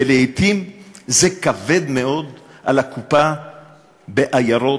ולעתים זה כבד מאוד על הקופה בעיירות,